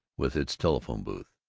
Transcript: with its telephone-booth.